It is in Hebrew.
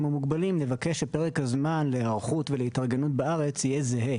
או מוגבלים נבקש שפרק הזמן להיערכות ולהתארגנות בארץ יהיה זהה.